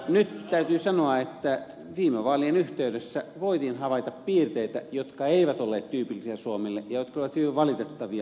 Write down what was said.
nyt täytyy sanoa että viime vaalien yhteydessä voitiin havaita piirteitä jotka eivät olleet tyypillisiä suomelle ja jotka olivat hyvin valitettavia